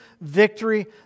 victory